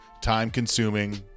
Time-consuming